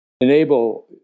enable